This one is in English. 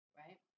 right